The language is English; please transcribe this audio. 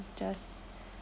just